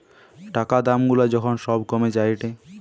টাকা দাম গুলা যখন সব কমে যায়েটে